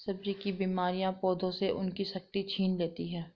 सब्जी की बीमारियां पौधों से उनकी शक्ति छीन लेती हैं